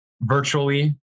virtually